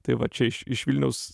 tai va čia iš iš vilniaus